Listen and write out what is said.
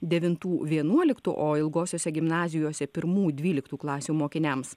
devintų vienuoliktų o ilgosiose gimnazijose pirmų dvyliktų klasių mokiniams